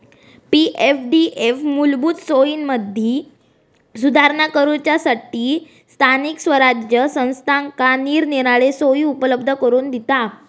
पी.एफडीएफ मूलभूत सोयींमदी सुधारणा करूच्यासठी स्थानिक स्वराज्य संस्थांका निरनिराळे सोयी उपलब्ध करून दिता